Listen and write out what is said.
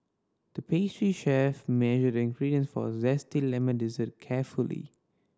the pastry chef measured the ingredient for zesty lemon dessert carefully